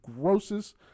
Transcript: grossest